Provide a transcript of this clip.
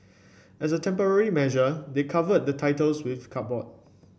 as a temporary measure they covered the titles with cardboard